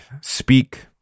speak